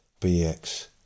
BX